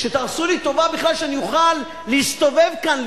שתעשו לי טובה בכלל שאני אוכל להסתובב כאן,